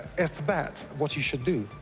it's that what he should do.